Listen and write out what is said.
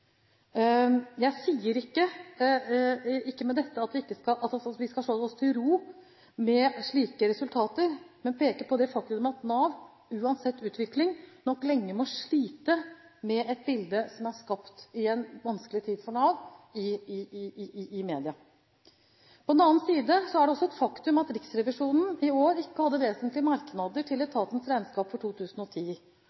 Jeg sier ikke med dette at vi skal slå oss til ro med slike resultater, men peker på det faktum at Nav uansett utvikling nok lenge må slite med et bilde som er skapt i en vanskelig tid for Nav i media. På den annen side er det også et faktum at Riksrevisjonen i år ikke hadde vesentlige merknader til